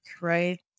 Right